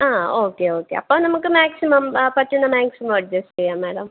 ആ okay okay അപ്പം നമുക്ക് മാക്സിമം പറ്റുന്ന മാക്സിമം അഡ്ജസ്റ്റ് ചെയ്യാം മേഡം